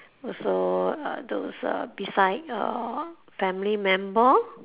also uh those uh beside uh family member